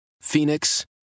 Phoenix